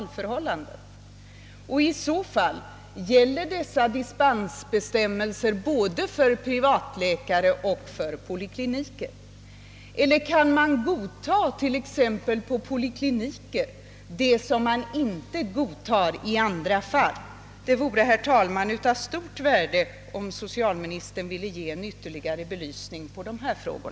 Gäller i så fall dessa dispensbestämmelser för både privatläkare och polikliniker? Eller kan man på poliklinikerna godtaga förhållanden som inte godtas i andra fall? Det vore, herr talman, av stort värde om socialministern ytterligare ville belysa dessa frågor.